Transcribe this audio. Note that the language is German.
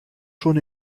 schon